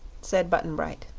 said button-bright.